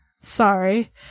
Sorry